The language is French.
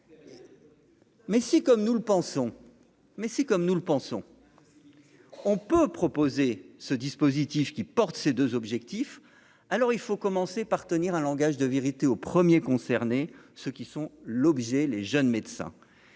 mais si, comme nous le pensons, on peut proposer ce dispositif, qui porte ces 2 objectifs, alors il faut commencer par tenir un langage de vérité aux premiers concernés, ceux qui sont l'objet les jeunes médecins